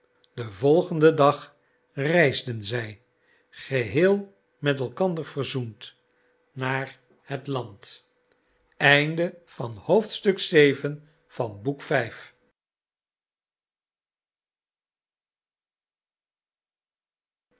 den volgenden dag reisden zij geheel met elkander verzoend naar het land